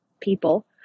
people